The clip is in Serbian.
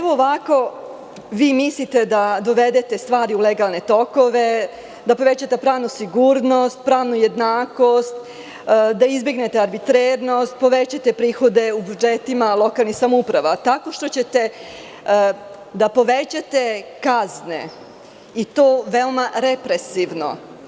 Vi mislite da dovedete stvari u legalne tokove, da povećate pravnu sigurnost, pravnu jednakost, da izbegnete arbitrarnost, povećate prihode u budžetima lokalnih samouprava tako što ćete da povećate kazne i to veoma represivno.